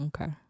Okay